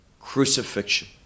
crucifixion